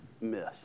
miss